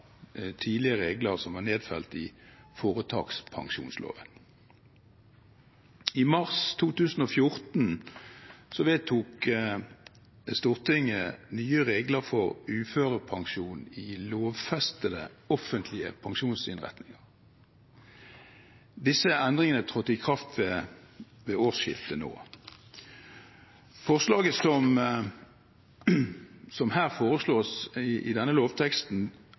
tidligere regler som er nedfelt i foretakspensjonsloven. I mars 2014 vedtok Stortinget nye regler for uførepensjon i lovfestede offentlige pensjonsinnretninger. Disse endringene trådte i kraft ved siste årsskifte. Forslaget som foreslås i denne lovteksten,